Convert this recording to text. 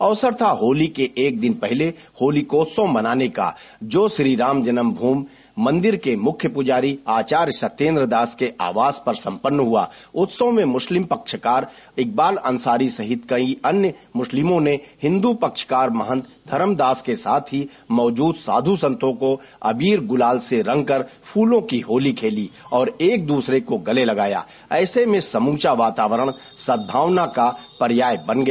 अवसर था होली के एक दिन पहले होलिकोत्सव मनाने का जो श्रीराम जन्म भूमि मंदिर के मुख्य पुजारी आचार्य सत्येन्द्र दास के आवास पर संपन्न हुआ उत्सव में मुस्लिम पक्षकार इकबाल अंसारी सहित कई अन्य मुस्लिमों ने हिन्दू पक्षकार महंत धर्म दास के साथ ही मौजूद साधु संतों को अबीर गुलाल से रंग कर फूलों की होती खेली और एक दूसरे को गले लगाया ऐसे में समूचा वातावरण सदभावना का पर्याय बन गया